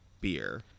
beer